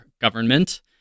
government